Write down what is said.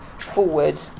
forward